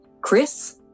Chris